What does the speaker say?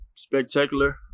Spectacular